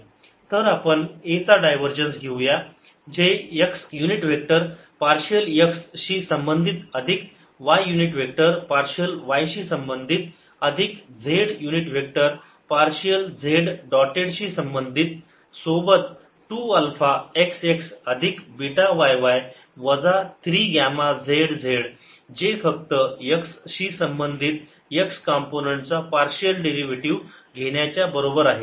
तर आपण A चा डायव्हर्जन्स घेऊया जे x unit vector partial x शी संबंधित अधिक y unit vector partial y शी संबंधित अधिक z unit vector partial z dotted शी संबंधित सोबत 2 अल्फा x x अधिक बीटा y y वजा 3 ग्यामा z z जे फक्त x शी संबंधित x कंपोनंन्ट चा पार्शियल डेरिव्हेटिव्ह घेण्याच्या बरोबर आहे